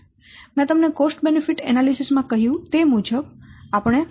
તેથી મેં તમને કોસ્ટ બેનિફીટ એનાલિસીસ માં કહ્યું તે મુજબ આપણે શું કરીશું